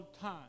time